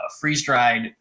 freeze-dried